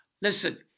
Listen